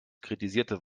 kritisierte